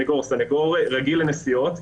סנגור רגיל לנסיעות.